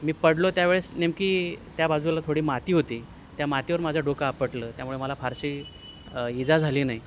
मी पडलो त्यावेळेस नेमकी त्या बाजूला थोडी माती होती त्या मातीवर माझं डोकं आपटलं त्यामुळे मला फारशी इजा झाली नाही